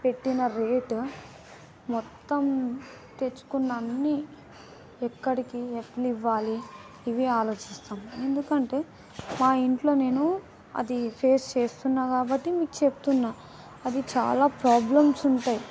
పెట్టిన రేట్ మొత్తం తెచ్చుకున్న అన్నీ ఎక్కడికి ఎట్లా ఇవ్వాలి ఇవి ఆలోచిస్తాము ఎందుకంటే మా ఇంట్లో నేను అది ఫేస్ చేస్తున్నాను కాబట్టి మీకు చెప్తున్నాను అది చాలా ప్రాబ్లమ్స్ ఉంటాయి